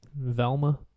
Velma